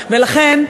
לכן,